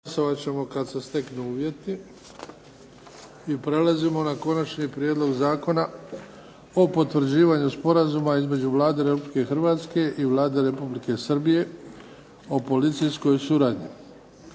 **Bebić, Luka (HDZ)** Prelazimo na –- Konačni prijedlog Zakona o potvrđivanju Sporazuma između Vlade Republike Hrvatske i Vlade Republike Srbije o policijskoj suradnji,